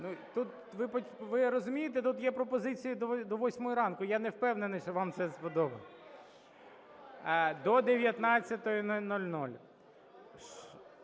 залі) Ви розумієте, тут є пропозиції до 8-ї ранку, я не впевнений, що вам це сподобається. До 19:00.